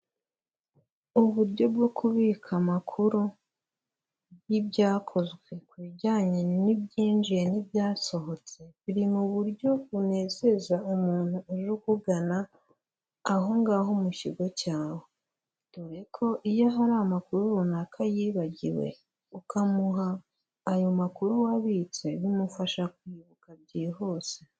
Uburyo bwo kubika amakuru y'ibyakozwe ku bijyanye n'ibyinjiye n'ibyasohotse, biri mu buryo bunezeza umuntu uje ukugana aho ngaho mu kigo cyawe, dore ko iyo hari amakuru runaka yibagiwe ukamuha ayo makuru wabitse bimufasha kwibuka byihuse.